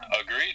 agreed